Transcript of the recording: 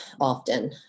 often